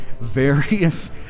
various